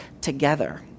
together